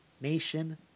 nation